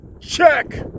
check